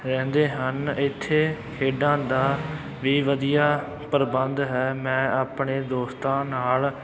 ਰਹਿੰਦੇ ਹਨ ਇੱਥੇ ਖੇਡਾਂ ਦਾ ਵੀ ਵਧੀਆ ਪ੍ਰਬੰਧ ਹੈ ਮੈਂ ਆਪਣੇ ਦੋਸਤਾਂ ਨਾਲ